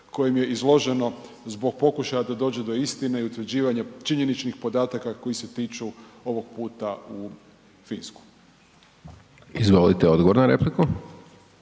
kojim je izloženo zbog pokušaja da dođe do istine i utvrđivanja činjeničnih podataka koji se tiču ovog puta u Finsku. **Hajdaš Dončić,